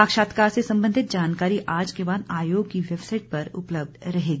साक्षात्कार से संबंधित जानकारी आज के बाद आयोग की वेबसाइट पर उपलब्ध रहेगी